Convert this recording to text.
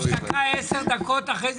הפסקה 10 דקות, אחרי זה